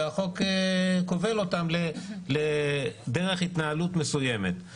והחוק כובל אותם לדרך התנהלות מסוימת.